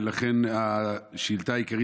ולכן השאילתה העיקרית,